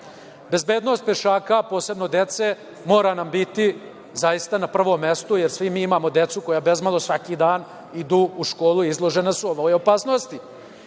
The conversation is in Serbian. Bezbednost pešaka, posebno dece, mora nam biti zaista na prvom mestu, jer svi mi imamo decu koja bezmalo svaki dan idu u školu, izložena su ovoj opasnosti. Takođe